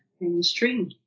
mainstream